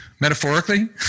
Metaphorically